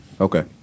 Okay